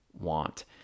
want